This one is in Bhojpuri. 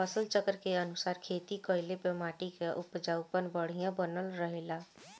फसल चक्र के अनुसार खेती कइले पर माटी कअ उपजाऊपन बढ़िया बनल रहेला